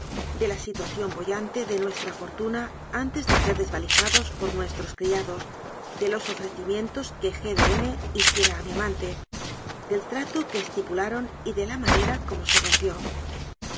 de la situación boyante de nuestra fortuna antes de ser desvalijados por nuestros criados de los ofrecimientos que g de m hiciera a mi amante del trato que esti pularon y de la manera cómo se rompió